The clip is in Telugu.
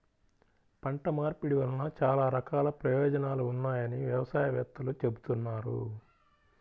పంట మార్పిడి వలన చాలా రకాల ప్రయోజనాలు ఉన్నాయని వ్యవసాయ వేత్తలు చెబుతున్నారు